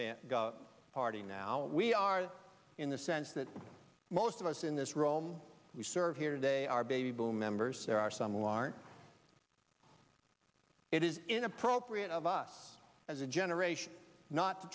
party now we are in the sense that most of us in this room we serve here today are baby boom members there are some large it is inappropriate of us as a generation not to